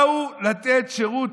באו לתת שירות,